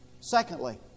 Secondly